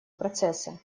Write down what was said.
процесса